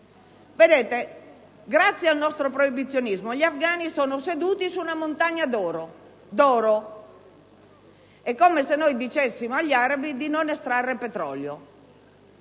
grazie al nostro proibizionismo gli afgani sono seduti su una montagna d'oro: è come se dicessimo agli arabi di non estrarre petrolio.